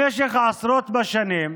במשך עשרות שנים